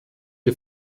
ihr